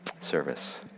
service